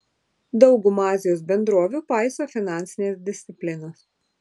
dauguma azijos bendrovių paiso finansinės disciplinos